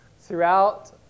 throughout